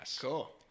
Cool